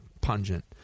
pungent